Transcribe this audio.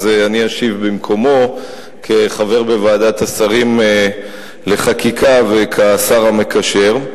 אז אני אשיב במקומו כחבר בוועדת השרים לחקיקה וכשר המקשר.